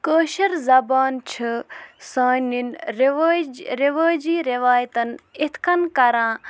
کٲشِر زبان چھِ سانٮ۪ن رِوٲج رِوٲجی رِوایتَن اِتھ کنۍ کَران